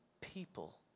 people